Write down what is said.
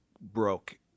broke